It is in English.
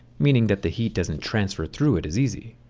meaning that the heat doesn't transfer through it as easy.